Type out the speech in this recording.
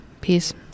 Peace